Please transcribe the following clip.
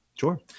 Sure